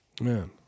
Man